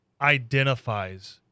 identifies